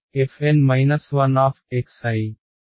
కాబట్టి fN 1